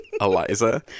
Eliza